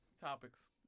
Topics